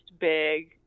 big